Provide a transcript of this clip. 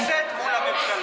להחליש את הכנסת מול הממשלה.